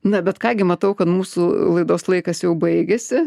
na bet ką gi matau kad mūsų laidos laikas jau baigėsi